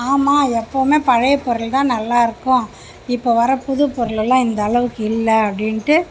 ஆமாம் எப்பவும் பழைய பொருள்தான் நல்லா இருக்கும் இப்போ வர புது பொருள் எல்லாம் இந்த அளவுக்கு இல்லை அப்டீன்ட்டு